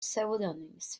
pseudonyms